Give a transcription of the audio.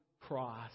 cross